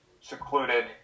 secluded